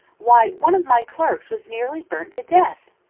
why, one of my clerks was nearly burnt to death!